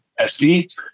SD